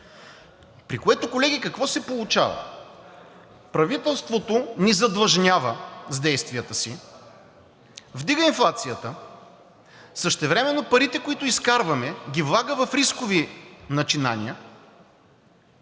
при което, колеги, какво се получава? Правителството ни задлъжнява с действията си. Вдига инфлацията, а същевременно парите, които изкарваме, ги влага в рискови начинания,